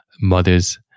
mother's